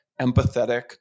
empathetic